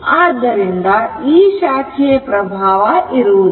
ಆದ್ದರಿಂದ ಈ ಶಾಖೆಯ ಪ್ರಭಾವ ಇರುವುದಿಲ್ಲ